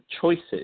choices